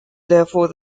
therefore